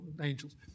angels